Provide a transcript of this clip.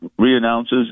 reannounces